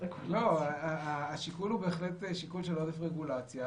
השיקול הוא בהחלט שיקול של עודף רגולציה,